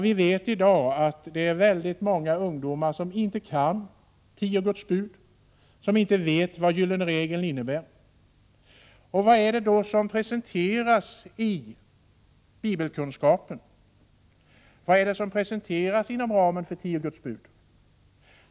Vi vet att det är många ungdomar i dag som inte kan Tio Guds Bud och inte vet vad Gyllene Regeln innebär. Vad är det då som presenteras i bibelkunskapen? Vad är det som presenteras inom ramen för Tio Guds Bud?